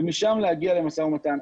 ומשם להגיע למשא ומתן.